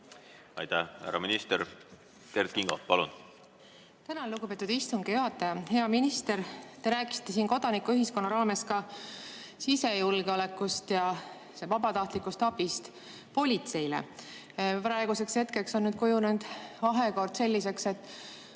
Aitäh, härra minister! Kert Kingo, palun! Tänan, lugupeetud istungi juhataja! Hea minister! Te rääkisite siin kodanikuühiskonna raames ka sisejulgeolekust ja vabatahtlikust abist politseile. Praeguseks on kujunenud vahekord selliseks, et